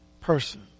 person